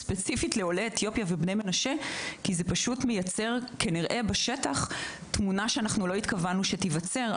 לאתיופיה ולבני המשנה באופן ספציפי כי זה מייצר תמונה שלא התכוונו שתיווצר.